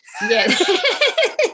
Yes